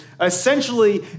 essentially